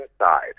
inside